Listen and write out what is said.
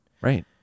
Right